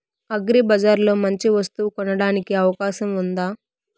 అగ్రిబజార్ లో మంచి వస్తువు కొనడానికి అవకాశం వుందా?